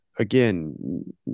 Again